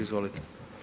Izvolite.